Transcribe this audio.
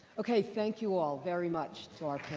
ok, thank you all very much to our